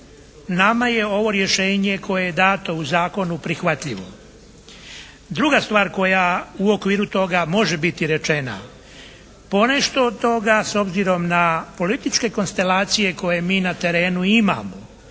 nama je ovo rješenje koje je dato u zakonu prihvatljivo. Druga stvar koja u okviru toga može biti rečena. Ponešto od toga s obzirom na političke konstelacije koje mi na terenu imamo